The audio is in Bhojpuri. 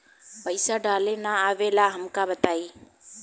पईसा डाले ना आवेला हमका बताई?